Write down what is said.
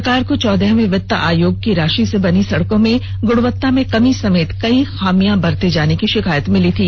सरकार को चौदहवें वित्त आयोग की राषि से बनी सड़कों में गुणवत्ता में कमी समेत कई खामियां बरते जाने की षिकायत मिली थी